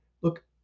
look